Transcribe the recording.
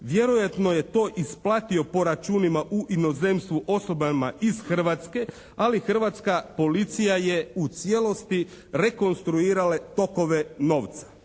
Vjerojatno je to isplatio po računima u inozemstvu osobama iz Hrvatske, ali hrvatska policija je u cijelosti rekonstruirala tokove novca.